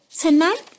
Tonight